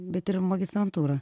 bet ir magistrantūrą